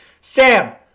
Sam